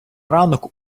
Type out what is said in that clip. ранок